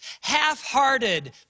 Half-hearted